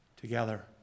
together